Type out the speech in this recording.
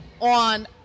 on